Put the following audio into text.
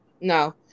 No